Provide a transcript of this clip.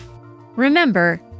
Remember